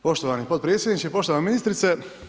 Poštovani potpredsjedniče, poštovana ministrice.